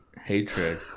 hatred